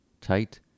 tight